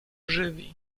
żywi